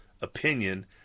opinion